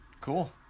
cool